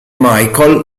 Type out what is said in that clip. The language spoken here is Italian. michael